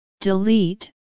Delete